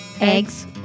Eggs